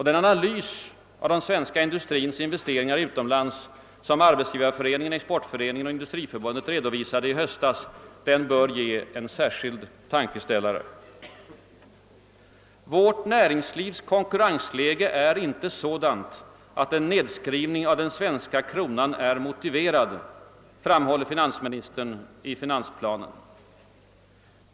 Den analys av svensk industris investeringar utomlands som Arbetsgivareföreningen, Exportföreningen och Industriförbundet redovisade i höstas bör ge en extra tankeställare. » Vårt näringslivs konkurrensläge är inte sådant att en nedskrivning av den svenska kronan är motiverad», framhåller finansministern i finansplanen.